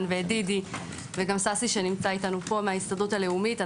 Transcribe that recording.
ואת דידי וששי שנמצא אתנו מההסתדרות הלאומית.